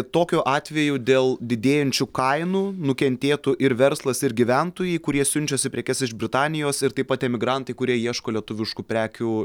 tokiu atveju dėl didėjančių kainų nukentėtų ir verslas ir gyventojai kurie siunčiasi prekes iš britanijos ir taip pat emigrantai kurie ieško lietuviškų prekių